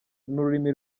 n’ururimi